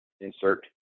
insert